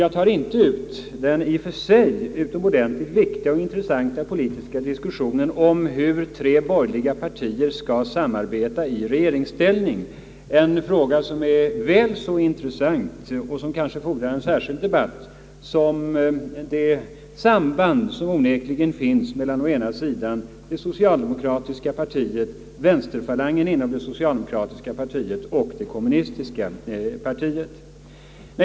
Jag tar inte upp den i och för sig utomordentligt viktiga och intressanta politiska diskussionen om hur tre borgerliga partier skall samarbeta i regeringsställning, en fråga som är väl så intressant — och som kanske fordrar en särskild debatt — som det samband som onekligen finns mellan å ena sidan vänsterfalangen inom det socialdemokratiska partiet och å andra sidan det kommunistiska Partiet.